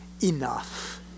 enough